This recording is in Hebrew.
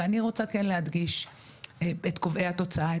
אני רוצה להדגיש את קובעי התוצאה,